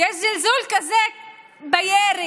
יש זלזול כזה בירי,